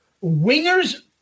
Winger's